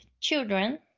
children